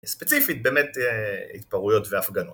ספציפית באמת התפרעויות והפגנות